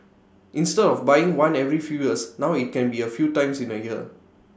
instead of buying one every few years now IT can be A few times in A year